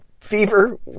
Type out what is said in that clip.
fever